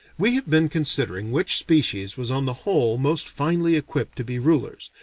we have been considering which species was on the whole most finely equipped to be rulers,